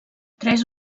tres